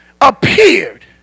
appeared